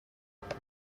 byd